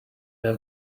have